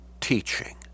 teaching